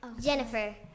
Jennifer